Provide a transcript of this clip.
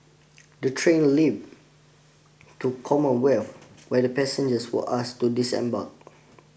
the train limped to Commonwealth where the passengers were asked to disembark